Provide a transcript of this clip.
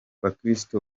bakirisitu